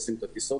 עושים את הטיסות,